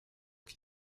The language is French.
qui